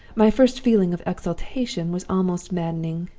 my first feeling of exultation was almost maddening.